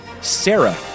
Sarah